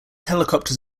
helicopters